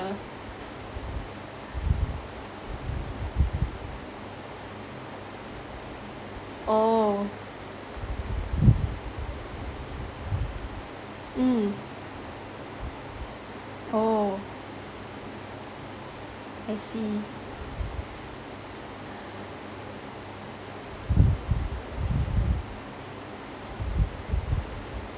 oh mm oh I see